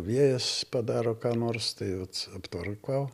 vėjas padaro ką nors tai vat aptvarkau